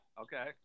Okay